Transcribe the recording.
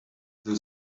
the